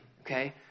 okay